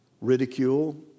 ridicule